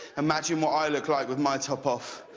imagine what i look like with my top off.